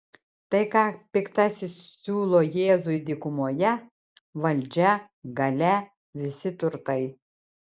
tai ką piktasis siūlo jėzui dykumoje valdžia galia visi turtai